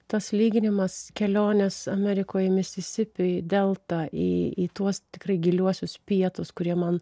tas lyginimas kelionės amerikoj misisipėj delta į tuos tikrai giliuosius pietus kurie man